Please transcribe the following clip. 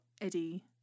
Eddie